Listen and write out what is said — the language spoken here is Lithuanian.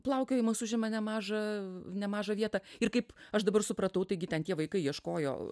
plaukiojimas užima nemažą nemažą vietą ir kaip aš dabar supratau taigi ten tie vaikai ieškojo